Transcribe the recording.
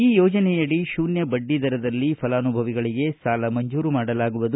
ಈ ಯೋಜನೆಯಡಿ ಶೂನ್ಯ ಬಡ್ಡಿ ದರದಲ್ಲಿ ಫಲಾನುಭವಿಗಳಿಗೆ ಸಾಲ ಮಂಜೂರು ಮಾಡಲಾಗುವುದು